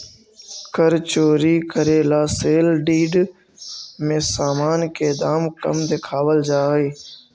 कर चोरी करे ला सेल डीड में सामान के दाम कम देखावल जा हई